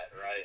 right